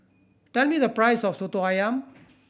tell me the price of Soto Ayam